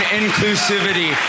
inclusivity